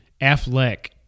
Affleck